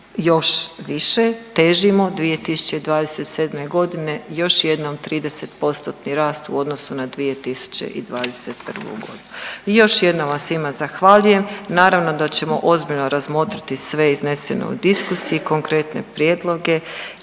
još više težimo 2027. još jednom 30% rast u odnosu na 2021. godinu. I još jednom vam svima zahvaljujem. Naravno da ćemo ozbiljno razmotriti sve izneseno u diskusiji, konkretne prijedloge